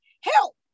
help